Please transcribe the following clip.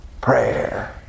prayer